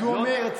אז הוא אומר.